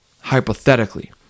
hypothetically